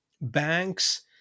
banks